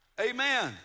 Amen